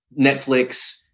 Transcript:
Netflix